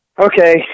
Okay